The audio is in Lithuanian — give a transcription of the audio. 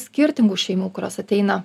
skirtingų šeimų kurios ateina